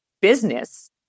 business